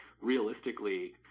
realistically